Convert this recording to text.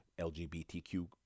LGBTQ